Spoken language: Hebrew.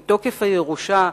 בדין מתוקף הירושה,